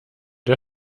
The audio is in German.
der